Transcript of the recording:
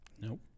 Nope